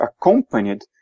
accompanied